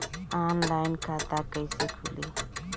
Online खाता कईसे खुलि?